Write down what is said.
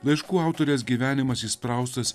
laiškų autorės gyvenimas įspraustas